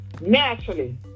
naturally